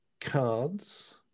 cards